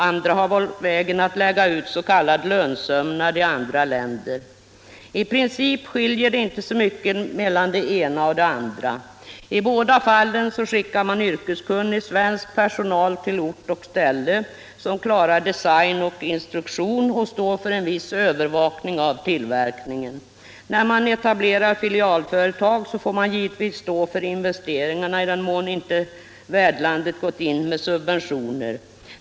Andra har valt vägen att lämna ut s.k. lönsömnad i andra länder. I princip skiljer det inte så mycket mellan det ena och det andra. I båda fallen skickar man yrkeskunnig svensk personal till ort och ställe som klarar design och instruktion samt står för en viss övervakning av tillverkningen. När man etablerar filialföretag får man givetvis svara för investeringarna, i den mån inte värdlandet gått in med subventioner.